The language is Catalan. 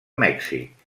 mèxic